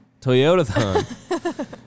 Toyota-thon